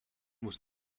was